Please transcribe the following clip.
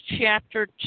chapter